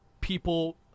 people –